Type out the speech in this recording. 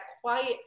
quiet